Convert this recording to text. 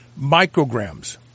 micrograms